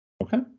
Okay